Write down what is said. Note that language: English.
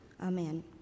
amen